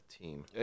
team